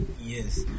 Yes